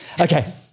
Okay